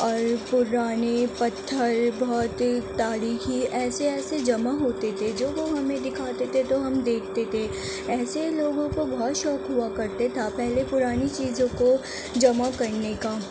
اور پرانے پتھر بہت تاریخی ایسے ایسے جمع ہوتے تھے جب وہ ہمیں دکھاتے تھے تو ہم دیکھتے تھے ایسے لوگوں کو بہت شوق ہوا کرتے تھا پہلے پرانی چیزوں کو جمع کرنے کا